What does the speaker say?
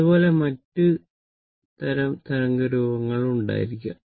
അതുപോലെ മറ്റ് തരം തരംഗ രൂപങ്ങൾ ഉണ്ടായിരിക്കാം